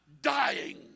dying